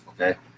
okay